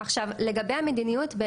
לגבי המדיניות,